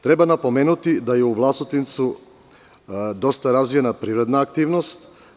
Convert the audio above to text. Treba napomenuti da je u Vlasotincu dosta razvijena privredna aktivnost.